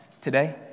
today